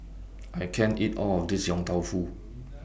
I can't eat All of This Yong Tau Foo